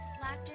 laughter